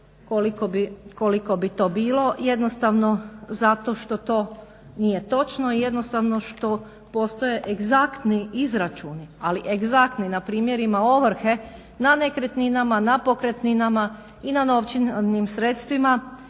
koliko bi to bilo jednostavno zato što to nije točno i jednostavno što postoje egzaktni izračuni, ali egzaktni, na primjerima ovrhe na nekretninama, na pokretninama i na novčanim sredstvima